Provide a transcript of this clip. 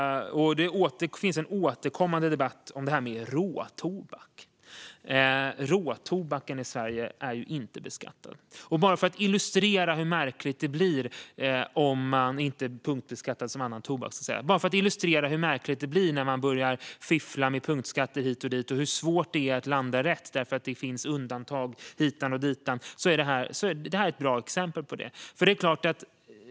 Det finns en återkommande debatt om detta med råtobak. I Sverige är råtobaken inte punktbeskattad som annan tobak. Detta är ett bra exempel för att illustrera hur märkligt det blir när man börjar fiffla med punktskatter hit och dit och hur svårt det är att landa rätt eftersom det finns undantag hitan och ditan.